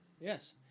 Yes